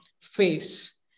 face